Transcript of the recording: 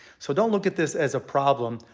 so don't look at this as a problem.